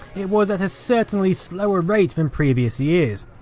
it was at a certainly slower rate than previous years.